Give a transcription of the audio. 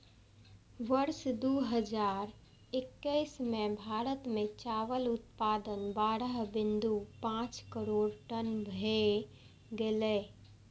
वर्ष दू हजार एक्कैस मे भारत मे चावल उत्पादन बारह बिंदु पांच करोड़ टन भए गेलै